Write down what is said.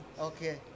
Okay